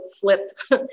flipped